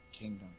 kingdom